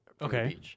Okay